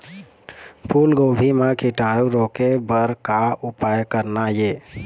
फूलगोभी म कीटाणु रोके बर का उपाय करना ये?